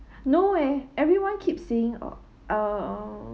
no eh everyone keep saying oh uh